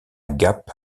gap